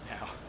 now